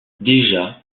déjà